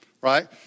right